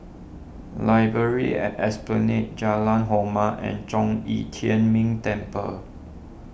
Library at Esplanade Jalan Hormat and Zhong Yi Tian Ming Temple